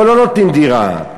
פה לא נותנים דירה,